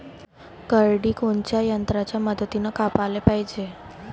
करडी कोनच्या यंत्राच्या मदतीनं कापाले पायजे?